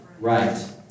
Right